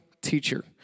teacher